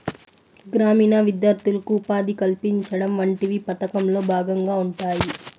గ్రామీణ విద్యార్థులకు ఉపాధి కల్పించడం వంటివి పథకంలో భాగంగా ఉంటాయి